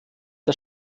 der